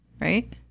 right